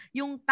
yung